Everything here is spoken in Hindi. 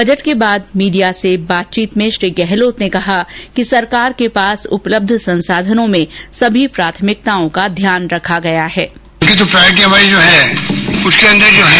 बजट के बाद मीडिया से बातचीत में श्री गहलोत ने कहा कि सरकार के पास उपलब्ध संसाधनों में सभी प्राथमिकताओं का ध्यान रखा गया है